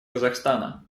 казахстана